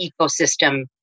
ecosystem